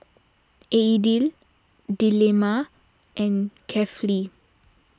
Aidil Delima and Kefli